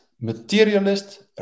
materialist